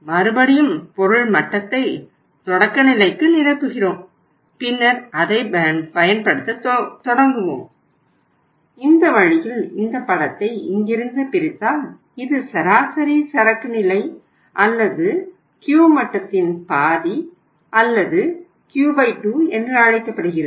மறுபடியும் பொருள் மட்டத்தை தொடக்க நிலைக்கு நிரப்புகிறோம் பின்னர் அதைப் பயன்படுத்தத் தொடங்குவோம் இந்த வழியில் இந்த படத்தை இங்கிருந்து பிரித்தால் இது சராசரி சரக்கு நிலை அல்லது Q மட்டத்தின் பாதி அல்லது Q 2 என்று அழைக்கப்படுகிறது